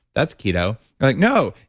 that's keto. i'm like, no.